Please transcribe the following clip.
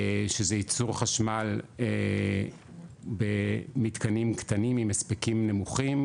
שזה ייצור חשמל במתקנים קטנים עם הספקים נמוכים,